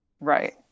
Right